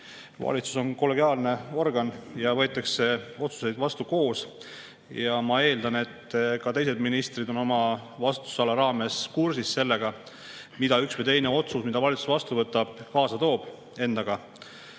valitsus on kollegiaalne organ ja otsuseid võetakse vastu koos. Ja ma eeldan, et ka teised ministrid on oma vastutusala raames kursis sellega, mida üks või teine otsus, mis valitsus vastu võtab, endaga